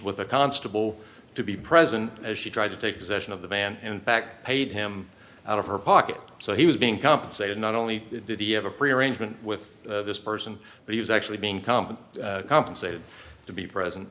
with a constable to be present as she tried to take possession of the van in fact paid him out of her pocket so he was being compensated not only did he have a pre arrangement with this person but he was actually being competent compensated to be present